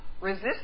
Resist